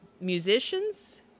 musicians